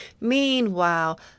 Meanwhile